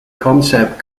concept